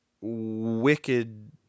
wicked